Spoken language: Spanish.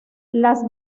las